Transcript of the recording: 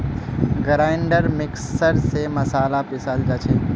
grinder mixer स मसाला पीसाल जा छे